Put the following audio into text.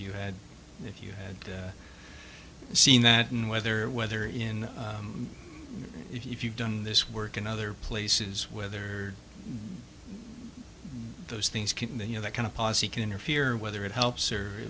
you had if you had seen that and whether whether in if you've done this work in other places whether those things can you know that kind of policy can interfere whether it helps or